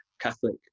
Catholic